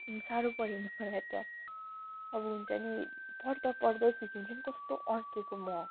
साह्रो पऱ्यो नि मलाई त अब हुन्छ नि पढ्दा पढ्दै फेरि हुन्छ नि कस्तो अड्किएको म